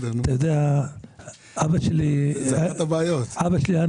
האם יש